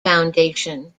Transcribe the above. foundation